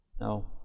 No